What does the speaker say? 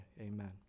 Amen